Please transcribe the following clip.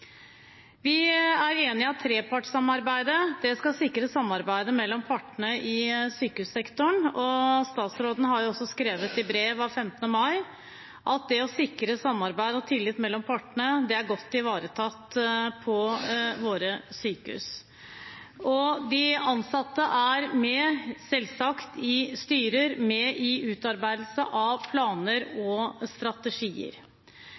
Vi er enig i at trepartssamarbeidet skal sikre samarbeidet mellom partene i sykehussektoren. Statsråden har også skrevet i brev av 15. mai at det å sikre samarbeid og tillit mellom partene er «godt ivaretatt» i våre sykehus. De ansatte er selvsagt med i styrer og med på utarbeidelse av planer